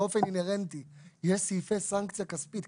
באופן אינהרנטי יש סעיפי סנקציה כספית,